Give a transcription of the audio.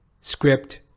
script